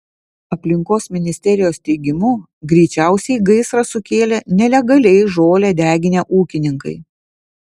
aplinkos ministerijos teigimu greičiausiai gaisrą sukėlė nelegaliai žolę deginę ūkininkai